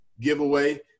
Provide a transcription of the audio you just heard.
giveaway